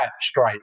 straight